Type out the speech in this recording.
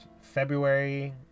February